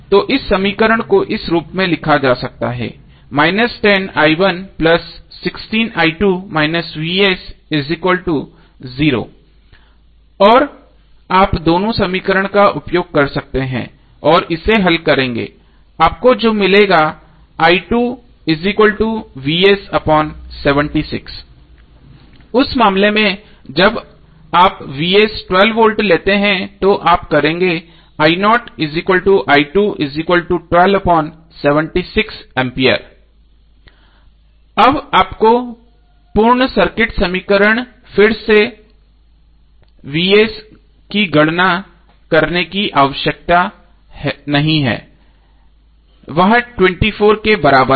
तो समीकरण को इस रूप में लिखा जा सकता है और आप दोनों समीकरण का उपयोग कर सकते हैं और इसे हल करेंगे आपको जो मिलेगा उस मामले में जब आप V लेते हैं तो आप करेंगे A अब आपको पूर्ण सर्किट समीकरण फिर से Vs की गणना करने की आवश्यकता नहीं है वह 24 के बराबर है